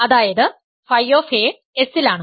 അതായത് ф S ലാണ്